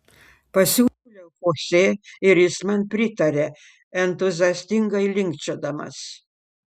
pasiūlau chosė ir jis man pritaria entuziastingai linkčiodamas